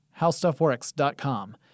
howstuffworks.com